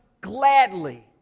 gladly